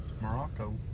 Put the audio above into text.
Morocco